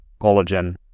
collagen